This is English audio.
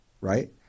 Right